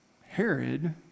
Herod